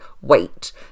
wait